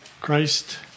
Christ